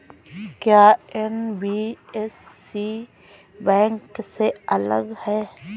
क्या NBFC bank से अलग है?